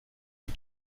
des